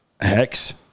Hex